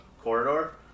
corridor